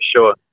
sure